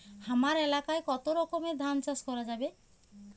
হামার এলাকায় কতো রকমের ধান চাষ করা যাবে?